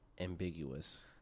ambiguous